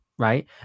Right